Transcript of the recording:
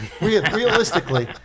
realistically